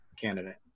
candidate